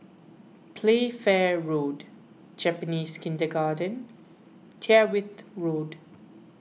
Playfair Road Japanese Kindergarten and Tyrwhitt Road